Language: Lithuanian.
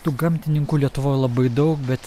tų gamtininkų lietuvoj labai daug bet